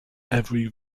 every